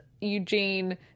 Eugene